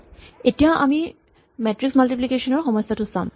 আমি এতিয়া matrix multiplication ৰ সমস্যাটো চাম